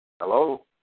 Hello